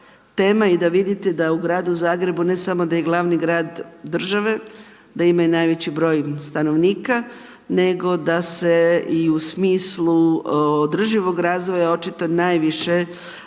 tema i da vidite da u Gradu Zagrebu ne samo da je glavni grad države, da ima i najveći broj stanovnika, nego da se i u smislu održivog razvoja, očito najviše aktivnosti